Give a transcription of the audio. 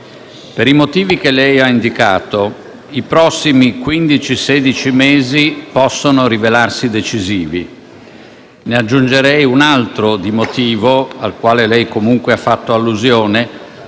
Per i motivi che lei ha indicato i prossimi quindici o sedici mesi possono rivelarsi decisivi. Ne aggiungerei un altro di motivo, al quale ella comunque ha fatto allusione: